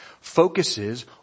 focuses